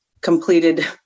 completed